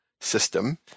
System